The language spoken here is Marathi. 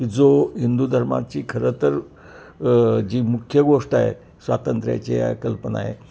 की जो हिंदू धर्माची खरं तर जी मुख्य गोष्ट आहे स्वातंत्र्याची आहे कल्पना आहे